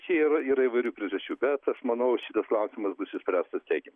čia yra yra įvairių priežasčių bet aš manau šitas klausimas bus išspręstas teigiamai